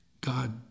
God